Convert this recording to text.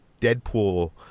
Deadpool